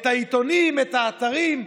את העיתונים, את האתרים?